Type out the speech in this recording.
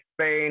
Spain